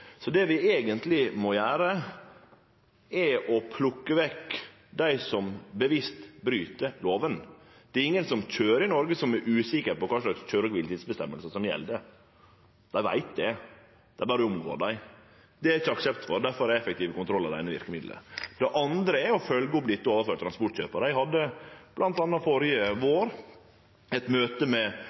Så det vi eigentleg må gjere, er å plukke vekk dei som bevisst bryt loven. Det er ingen som køyrer i Noreg som er usikker på kva slags køyre- og kviletidsreglar som gjeld. Dei veit det, dei berre omgår dei. Det er det ikkje aksept for. Derfor er effektive kontrollar det eine verkemiddelet. Det andre er å følgje opp dette overfor transportkjøparar. Eg hadde bl.a. førre vår eit møte med